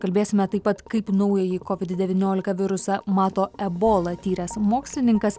kalbėsime taip pat kaip naująjį covid devyniolika virusą mato ebola tyręs mokslininkas